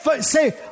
Say